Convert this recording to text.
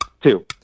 Two